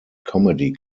comedy